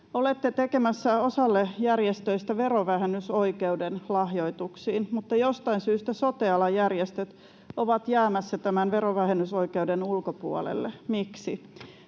Olette tekemässä osalle järjestöistä verovähennysoikeuden lahjoituksiin, mutta jostain syystä sote-alan järjestöt ovat jäämässä tämän verovähennysoikeuden ulkopuolelle. Miksi?